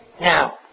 now